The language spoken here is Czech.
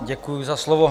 Děkuji za slovo.